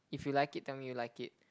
if you like it tell me you like it